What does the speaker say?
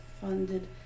funded